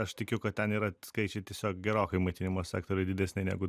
aš tikiu kad ten yra skaičiai tiesiog gerokai maitinimo sektoriuj didesni negu